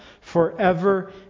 forever